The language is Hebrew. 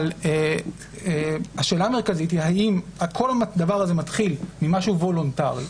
אבל השאלה המרכזית היא האם כל הדבר הזה מתחיל ממשהו וולונטרי,